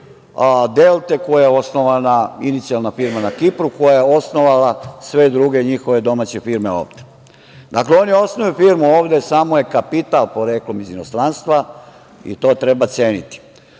„Delte“, inicijalna firma na Kipru, koja osnovala sve druge njihove domaće firme ovde. Dakle, oni osnuju firmu ovde, a samo je kapital poreklom iz inostranstva i to treba ceniti. Posebno